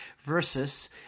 versus